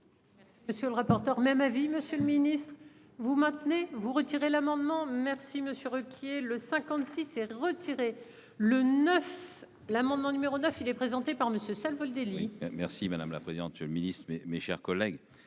Monsieur le rapporteur. Même avis, Monsieur le Ministre, vous maintenez-vous retirer l'amendement. Merci Monsieur Ruquier le 56 et retiré le neuf. L'amendement numéro 9, il est présenté par Monsieur Savoldelli. Merci madame la présidente. Monsieur le Ministre, mes, mes chers collègues.